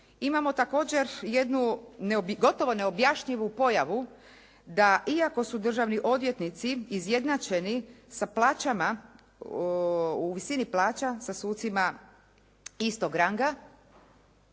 Imamo također gotovo neobjašnjivu pojavu da iako su državni odvjetnici izjednačeni sa plaćama u visini plaća sa sucima istog ranga